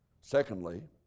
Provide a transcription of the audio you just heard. Secondly